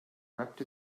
wrapped